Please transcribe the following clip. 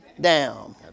down